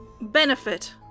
benefit